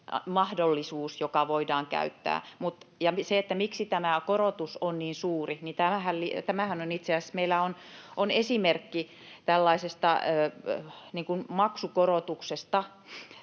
mahdollisuus, joka voidaan käyttää. Ja se, että miksi tämä korotus on niin suuri, niin itse asiassa meillä on esimerkki tällaisesta maksukorotuksesta